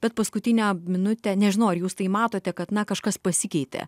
bet paskutinę minutę nežinau ar jūs tai matote kad na kažkas pasikeitė